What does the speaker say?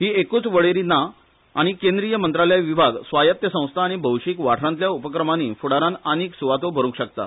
ही एकूच वळेरी ना आनी केंद्रीय मंत्रालय विभाग स्वायत्त संस्था आनी भौशीक वाठारांतल्या उपक्रमांनी फुडारान आनीक सुवातो भरूंक शकता